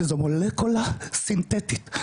שזה מולקולה סינטטית,